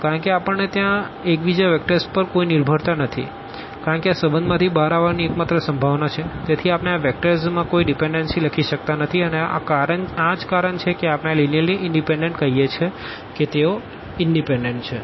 કારણ કે આપણે ત્યાં એકબીજા વેક્ટર્સ પર કોઈ નિર્ભરતા નથી કારણ કે આ સંબંધમાંથી બહાર આવવાની એક માત્ર સંભાવના છે તેથી આપણે આ વેક્ટર્સમાં કોઈ ડિપેનડનસી લખી શકતા નથી અને આ કારણ છે કે આપણે આ લીનીઅર્લી ઇનડીપેનડન્ટ કહીએ છીએ કે તેઓ ઇનડીપેનડન્ટછે